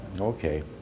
okay